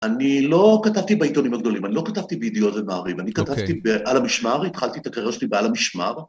אני לא כתבתי בעיתונים הגדולים, אני לא כתבתי בידיעות ומעריב, אני כתבתי בעל המשמר, התחלתי את הקריירה שלי בעל המשמר.